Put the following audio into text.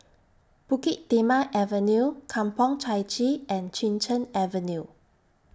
Bukit Timah Avenue Kampong Chai Chee and Chin Cheng Avenue